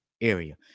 area